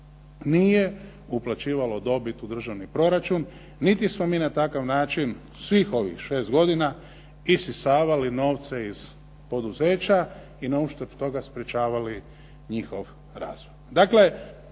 nije uplaćivalo dobit u državni proračun, niti smo mi na takav način svih ovih 6 godina isisavali novce iz poduzeća i na uštrb toga sprječavali njihov razvoj.